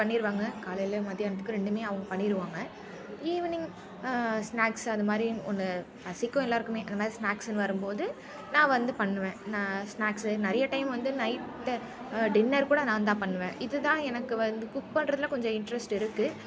cook பண்ணிடுவாங்க காலையில் மதியானதுக்கு ரெண்டுமே அவங்க பண்ணிடுவாங்க ஈவினிங் ஸ்னாக்ஸ் அதுமாதிரி ஒன்று பசிக்கும் எல்லாருக்குமே அதுமாதிரி ஸ்னாக்ஸ்ன்னு வரும்போது நான் வந்து பண்ணுவேன் நான் ஸ்னாக்ஸ் நிறைய டைம் வந்து நைட் டின்னர் கூட நாந்தான் பண்ணுவேன் இதுதான் எனக்கு வந்து குக் பண்ணுறதில் கொஞ்சம் இன்டரெஸ்ட் இருக்குது